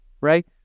Right